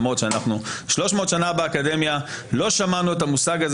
למרות ש-300 שנה באקדמיה לא שמענו את המושג הזה